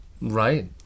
Right